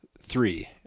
three